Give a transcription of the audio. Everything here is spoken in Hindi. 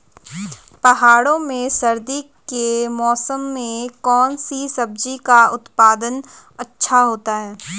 पहाड़ों में सर्दी के मौसम में कौन सी सब्जी का उत्पादन अच्छा होता है?